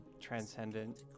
transcendent